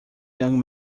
young